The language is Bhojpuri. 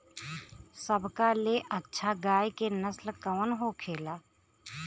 सबका ले अच्छा गाय के नस्ल कवन होखेला?